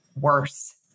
worse